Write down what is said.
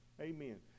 Amen